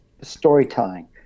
storytelling